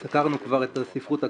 סקרנו כבר את הספרות הכלכלית,